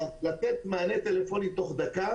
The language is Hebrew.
לתת מענה טלפוני תוך דקה